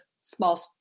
small